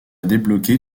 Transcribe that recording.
débloquer